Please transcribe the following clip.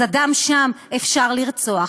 אז אדם שם אפשר לרצוח,